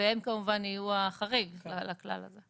והם כמובן יהיו החריג לכלל הזה.